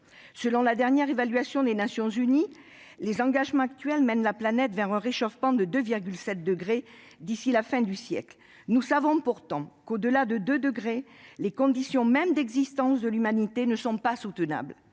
Selon la dernière évaluation des Nations unies, les engagements actuels mènent la planète vers un réchauffement de 2,7 degrés d'ici à la fin du siècle. Nous savons pourtant qu'au-delà de 2 degrés les conditions mêmes d'existence de l'humanité ne sont pas soutenables.